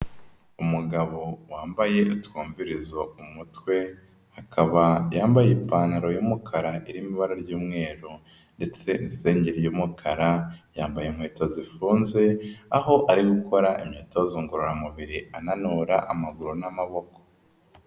Umugabo wambaye utwumvirizo ku mutwe, akaba yambaye ipantaro y'umukara irimo ibara ry'umweru ndetse n'isengeri y'umukara, yambaye inkweto zifunze, aho ari gukora imyitozo ngororamubiri ananura amaguru n'amaboko.